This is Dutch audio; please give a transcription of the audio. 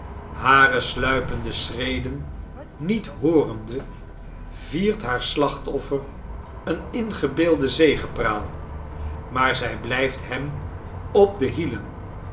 hare sluipende schreden niet hoorende viert haar slachtoffer eene ingebeelde zegepraal maar zij blijft hem op de hielen